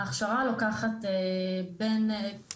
ההכשרה לוקחת כשנתיים,